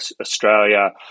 Australia